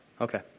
Okay